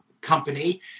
company